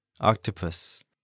octopus